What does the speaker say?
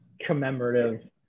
Commemorative